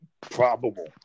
probable